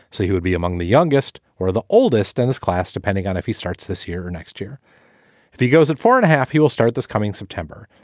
so he would be among the youngest or the oldest in and his class, depending on if he starts this year or next year if he goes at four and a half. he will start this coming september.